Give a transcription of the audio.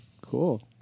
Cool